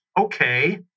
okay